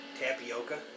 tapioca